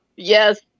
Yes